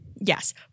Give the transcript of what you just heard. Yes